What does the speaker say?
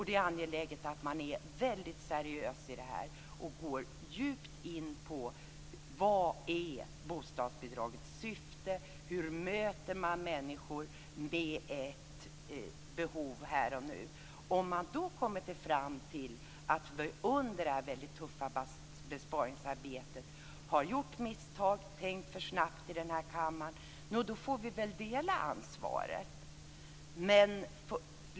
Det är angeläget att man är mycket seriös och går djupt in på vad bostadsbidragets syfte är. Hur möter man människor med ett behov här och nu? Om vi då kommer fram till att det under det tuffa besparingsarbetet har skett misstag, att vi har tänkt för snabbt i kammaren, då får vi dela ansvaret.